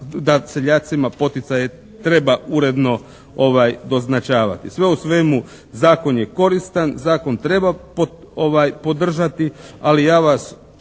dat seljacima, poticaje treba uredno doznačavati. Sve u svemu zakon je koristan, zakon treba podržati ali ja vas